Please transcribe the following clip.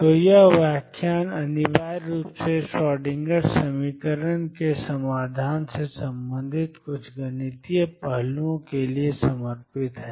तो यह व्याख्यान अनिवार्य रूप से श्रोडिंगर समीकरण के समाधान से संबंधित कुछ गणितीय पहलुओं के लिए समर्पित है